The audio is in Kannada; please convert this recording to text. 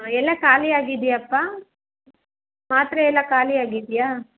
ಎಲ್ಲ ಖಾಲಿ ಆಗಿದ್ಯಾಪ್ಪಾ ಮಾತ್ರೆ ಎಲ್ಲ ಖಾಲಿ ಆಗಿದೆಯಾ